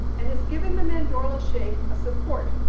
and has given the mandorla's shape a support.